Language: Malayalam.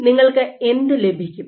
അതിനാൽ നിങ്ങൾക്ക് എന്ത് ലഭിക്കും